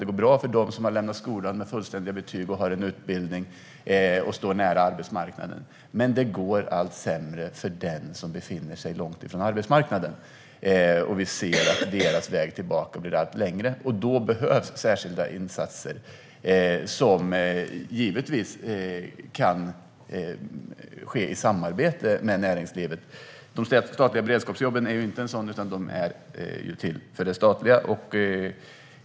Det går bra för dem som har lämnat skolan med fullständiga betyg, som har en utbildning och står nära arbetsmarknaden. Men det går allt sämre för dem som befinner sig långt ifrån arbetsmarknaden. Vi ser att deras väg tillbaka blir allt längre. Då behövs särskilda insatser, som givetvis kan ske i samarbete med näringslivet. De statliga beredskapsjobben är inte en sådan insats, utan de är till för det statliga.